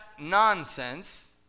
nonsense